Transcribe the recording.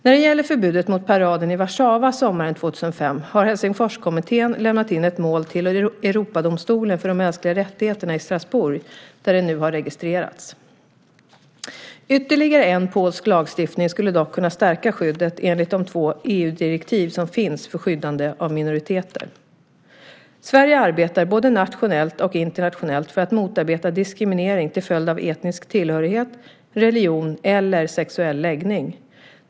När det gäller förbudet mot paraden i Warszawa sommaren 2005 har Helsingforskommittén lämnat in ett mål till Europadomstolen för de mänskliga rättigheterna i Strasbourg, där det nu har registrerats. Ytterligare polsk lagstiftning skulle dock kunna stärka skyddet enligt de två EU-direktiv som finns för skyddande av minoriteter. Sverige arbetar, både nationellt och internationellt, för att motarbeta diskriminering till följd av etnisk tillhörighet, religion eller sexuell läggning.